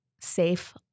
safe